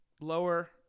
Lower